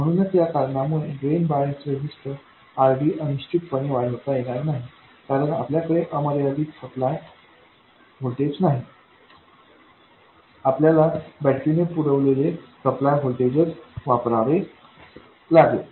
म्हणूनच या कारणांमुळे ड्रेन बायस रेझिस्टर RDअनिश्चित पणे वाढवता येणार नाही कारण आपल्याकडे अमर्यादित सप्लाय व्होल्टेज नाही आपल्याला बॅटरीने पुरवलेले सप्लाय व्होल्टेज च वापरावे लागते